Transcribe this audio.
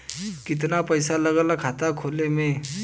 कितना पैसा लागेला खाता खोले में?